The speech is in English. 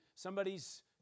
Somebody's